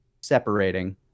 separating